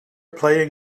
playing